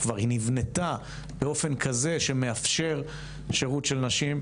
היא כבר נבנתה באופן כזה שמאפשר שירות של נשים,